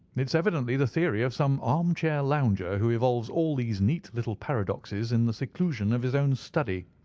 it is evidently the theory of some arm-chair lounger who evolves all these neat little paradoxes in the seclusion of his own study.